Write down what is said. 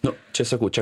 nu čia sakau čia